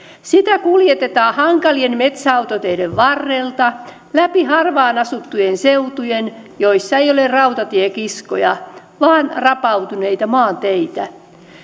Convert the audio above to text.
puuta kuljetetaan hankalien metsäautoteiden varrelta läpi harvaan asuttujen seutujen missä ei ole rautatiekiskoja vaan rapautuneita maanteitä